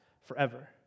forever